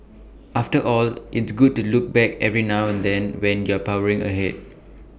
after all it's good to look back every now and then when you're powering ahead